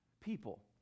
people